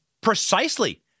precisely